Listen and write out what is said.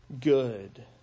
good